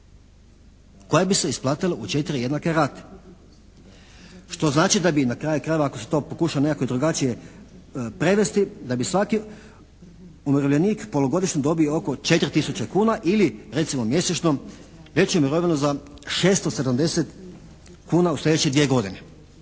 koja bi se isplatila u četiri jednake rate što znači da bi na kraju krajeva ako se to pokuša nekako drugačije prevesti, da bi svaki umirovljenik polugodišnje dobio oko 4 tisuće kuna ili recimo mjesečno veću mirovinu za 670 kuna u sljedeće dvije godine.